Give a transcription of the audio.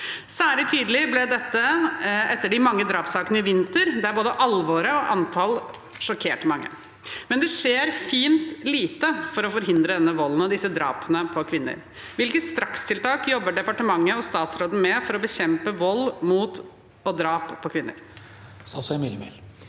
Særlig tydelig ble dette etter de mange drapssakene i vinter, der både alvoret og antallet sjokkerte mange. Det skjer imidlertid fint lite for å forhindre denne volden og disse drapene på kvinner. Hvilke strakstiltak jobber departementet og statsråden med for å bekjempe vold mot og drap på kvinner?